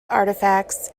artifacts